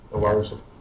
Yes